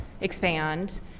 expand